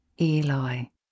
eloi